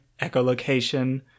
echolocation